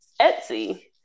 Etsy